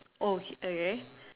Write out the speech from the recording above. oh hit again